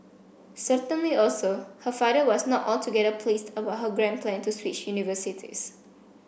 certainly also her father was not altogether pleased about her grand plan to switch universities